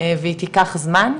והיא תיקח זמן,